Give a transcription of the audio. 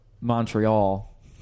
Montreal